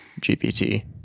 GPT